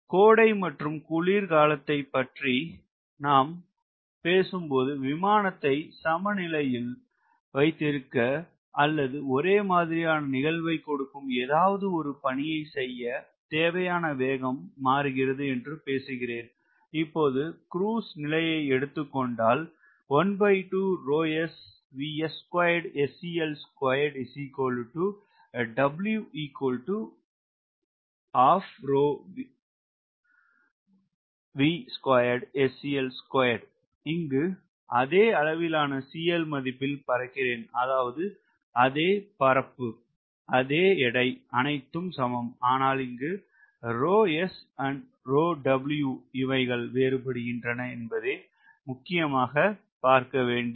கோடை மற்றும் குளிர் காலத்தை பற்றி நான் பேசும் போது விமானத்தை சம நிலையில் வைத்திருக்க அல்லது ஒரேமாதிரியான நிகழ்வை கொடுக்கும் ஏதாவது ஒரு பணியை செய்ய தேவையான வேகம் மாறுகிறது என்று பேசுகிறேன் இப்பொது க்ரூஸ் நிலையை எடுத்துக்கொண்டால் இங்கு அதே அளவிலான மதிப்பில் பறக்கிறேன் அதாவது அதே பரப்பு அதே எடை அனைத்தும் சமம் அனால் இங்கு இவைகள் வேறுபடுகின்றன என்பதே முக்கியமாக பார்க்க வேண்டியது